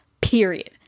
period